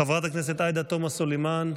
חברת הכנסת עאידה תומא סלימאן,